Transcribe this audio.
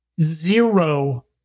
zero